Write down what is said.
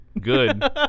Good